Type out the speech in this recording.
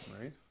Right